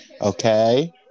Okay